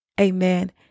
Amen